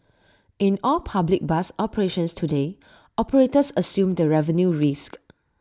in all public bus operations today operators assume the revenue risk